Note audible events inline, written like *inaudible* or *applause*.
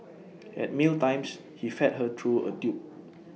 *noise* at meal times he fed her through A tube